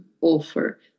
offer